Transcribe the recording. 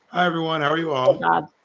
everyone. are you all. um